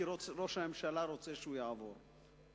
כי ראש הממשלה רוצה שהוא יעבור.